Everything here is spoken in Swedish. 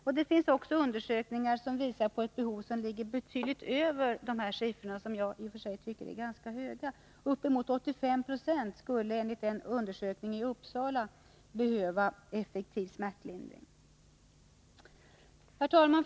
Men det finns också undersökningar som visar på ett behov som ligger betydligt över dessa siffror, som jag i och för sig tycker är ganska höga. Upp emot 85 96 skulle enligt en undersökning i Uppsala behöva effektiv smärtlindring. Herr talman!